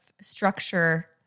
structure